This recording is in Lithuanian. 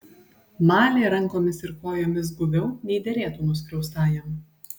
malė rankomis ir kojomis guviau nei derėtų nuskriaustajam